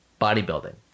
Bodybuilding